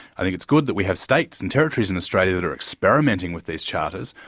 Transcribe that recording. i think it's good that we have states and territories in australia that are experimenting with these charters,